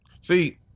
See